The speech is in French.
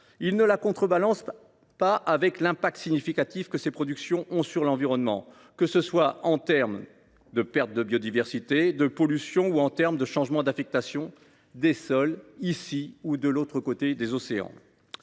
ne contrebalance pas avec l’impact significatif que ces productions ont sur l’environnement, que ce soit sur la perte de biodiversité, sur la pollution ou sur le changement d’affectation des sols, ici ou de l’autre côté de l’océan.